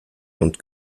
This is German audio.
und